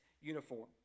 Uniform